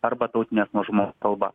arba tautinės mažumos kalba